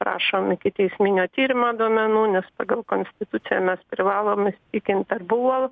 prašom ikiteisminio tyrimo duomenų nes pagal konstituciją mes privalom įsitikinti ar buvo